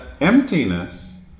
emptiness